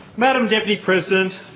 madam deputy president,